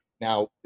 Now